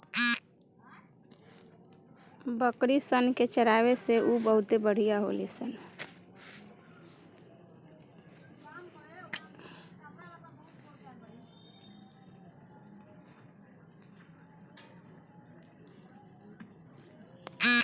बकरी सन के चरावे से उ बहुते बढ़िया होली सन